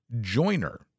joiner